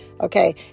Okay